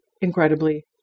incredibly